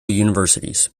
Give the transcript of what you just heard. universities